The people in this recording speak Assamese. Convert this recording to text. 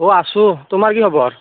অ আছোঁ তোমাৰ কি খবৰ